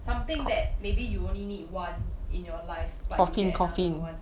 something that maybe you only need one in your life but you get another one